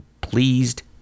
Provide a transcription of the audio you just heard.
pleased